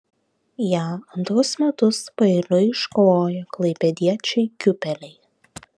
ją antrus metus paeiliui iškovojo klaipėdiečiai kiūpeliai